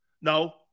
No